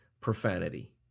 profanity